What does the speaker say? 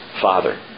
Father